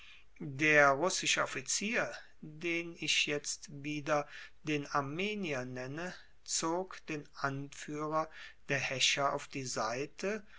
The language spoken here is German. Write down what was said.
der russische offizier den ich jetzt wieder den armenier nenne zog den anführer der häscher auf die seite